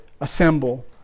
assemble